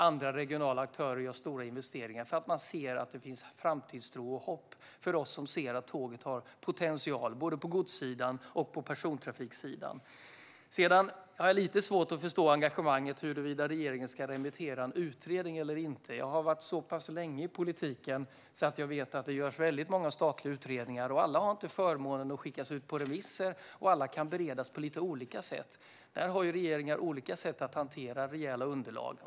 Andra regionala aktörer gör stora investeringar för att de ser att det finns framtidstro och hopp för oss som ser att tåget har potential både på godssidan och på persontrafiksidan. Jag har lite svårt att förstå engagemanget för huruvida regeringen ska remittera en utredning eller inte. Jag har varit så pass länge i politiken att jag vet att det görs väldigt många statliga utredningar. Alla har inte förmånen att skickas ut på remisser, och alla kan beredas på lite olika sätt. Där har regeringar olika sätt att hantera rejäla underlag.